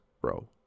bro